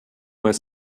were